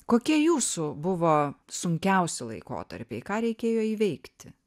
kokie jūsų buvo sunkiausi laikotarpiai ką reikėjo įveikti